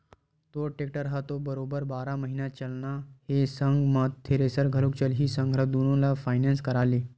तोर टेक्टर ह तो बरोबर बारह महिना चलना हे संग म थेरेसर घलोक चलही संघरा दुनो ल फायनेंस करा ले